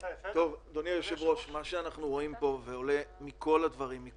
ואנחנו נהיה האחרונים שנקום.